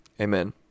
amen